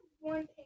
one